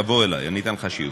תבוא אלי, אני אתן לך שיעור.